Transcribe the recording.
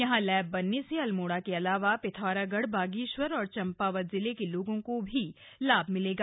यहां लब्ब बनने से अल्मोड़ा के अलावा पिथौरागढ़ बागेश्वर और चंपावत जिले के लोगों को भी लाभ मिलेगा